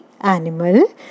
animal